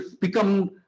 become